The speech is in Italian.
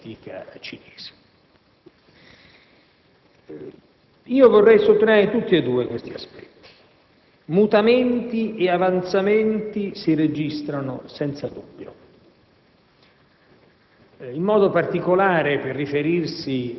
su aspetti diversi della realtà politica cinese. Vorrei sottolineare entrambi questi aspetti. Mutamenti e avanzamenti si registrano senza dubbio.